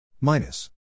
minus